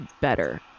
better